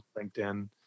LinkedIn